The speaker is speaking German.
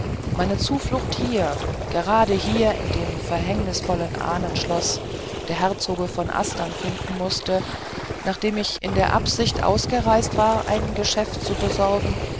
meine zuflucht hier gerade hier in dem verhängnisvollen ahnenschlosse der herzoge von astern finden mußte nachdem ich in der absicht ausgereist war ein geschäft zu besorgen